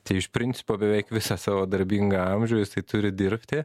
tai iš principo beveik visą savo darbingą amžių jisai turi dirbti